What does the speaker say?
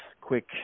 quick